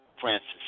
Francis